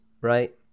right